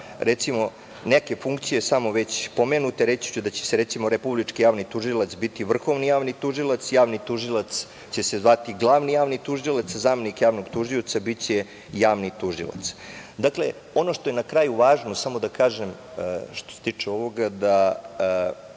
ali za neke funkcije samo već pomenute reći ću da će se, recimo, Republički javni tužilac biti Vrhovni javni tužilac, Javni tužilac će se zvati Glavni javni tužilac, zamenik javnog tužioca biće Javni tužilac. Dakle, ono što je na kraju važno, samo da kažem da ove odredbe